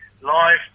live